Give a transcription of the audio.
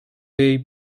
jej